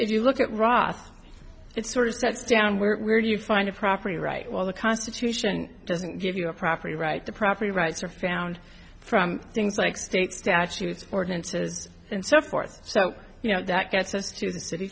if you look at ross it's sort of steps down where do you find a property right well the constitution doesn't give you a property right the property rights are found from things like state statutes ordinances and so forth so you know that gets us to the city